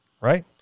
right